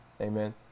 Amen